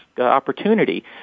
opportunity